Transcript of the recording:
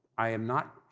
i am not